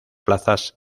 plazas